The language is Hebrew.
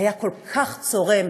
היה כל כך צורם,